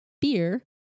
beer